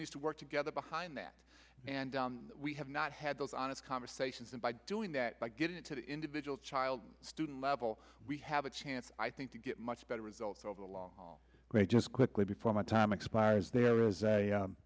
needs to work together behind that and on that we have not had those honest conversations and by doing that by getting to the individual child and student level we have a chance i think to get much better results over the long haul great just quickly before my time expires as there is